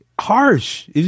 harsh